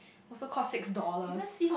also cost six dollars